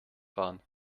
fahren